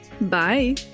Bye